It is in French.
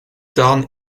tarn